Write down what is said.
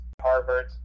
Harvard